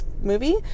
movie